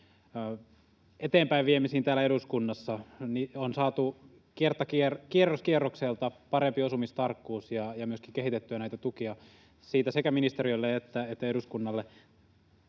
eteenpäin viemisiin täällä eduskunnassa. On saatu kierros kierrokselta parempi osumistarkkuus ja myöskin kehitettyä näitä tukia — siitä sekä ministeriölle että eduskunnalle